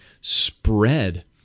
spread